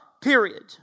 Period